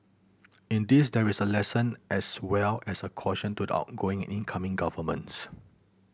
in this there is a lesson as well as a caution to the outgoing and incoming governments